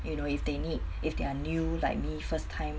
you know if they need if they're new like me first time